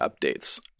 updates